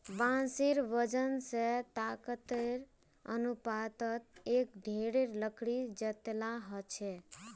बांसेर वजन स ताकतेर अनुपातत एक दृढ़ लकड़ी जतेला ह छेक